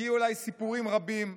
הגיעו אליי סיפורים רבים,